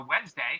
Wednesday